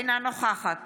אינה נוכחת